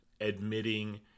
admitting